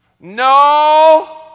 No